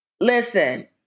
listen